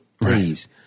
please